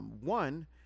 One